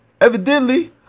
evidently